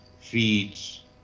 feeds